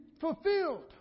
fulfilled